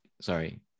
sorry